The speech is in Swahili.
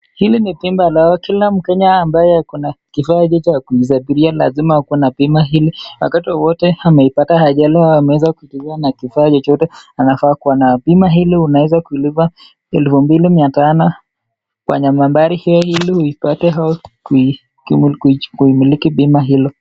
Hili ni bima ambalo kila mkenya ambaye ako na kifaa hiki cha kusafiria lazima wakuwe na bima hili wakati wowote ameipata ajali ama ameweza kudhiriwa na kifaa chochote anafaa kuwa nayo. Bima hii unaweza kulipa elfu mbili mia tano kwenye nambari hio ili uipate kuimiliki bima hilo.